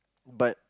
but